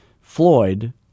Floyd